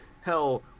Hell